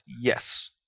yes